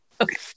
Okay